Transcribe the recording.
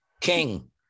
King